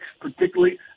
particularly